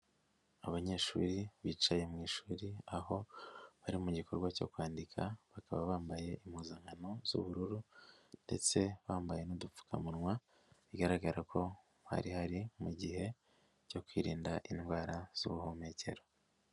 Abanyeshuri bicaye mu ishuri aho bari mu gikorwa cyo kwandika bakaba bambaye impuzankano z'ubururu ndetse bambaye n'udupfukamunwa, bigaragara ko hari hari mu gihe cyo kwirinda indwara z'ubuhumekero.